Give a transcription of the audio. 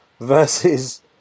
versus